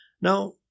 Now